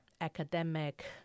academic